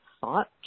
thought